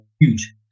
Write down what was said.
Huge